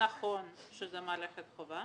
נכון שזו מערכת חובה,